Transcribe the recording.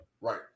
Right